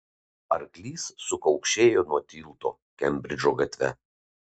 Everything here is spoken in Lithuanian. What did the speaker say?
arklys sukaukšėjo nuo tilto kembridžo gatve